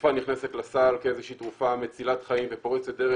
תרופה נכנסת לסל כאיזה שהיא תרופה מצילת חיים ופורצת דרך,